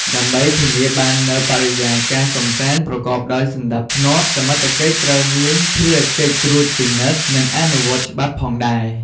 ដើម្បីធានាបាននូវបរិយាកាសកម្សាន្តប្រកបដោយសណ្តាប់ធ្នាប់ សមត្ថកិច្ចត្រូវមានភារកិច្ចត្រួតពិនិត្យ និងអនុវត្តច្បាប់ផងដែរ។